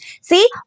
See